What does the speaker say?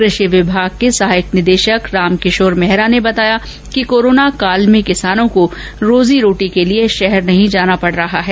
कृषि विभाग के सहायक निदेशक रामकिशोर मेहरा ने बताया कि कोरोना काल में किसानों को रोजी रोटी के लिए शहर नहीं जाना पड़ रहा है